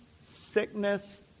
sickness